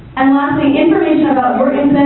and, lastly information about your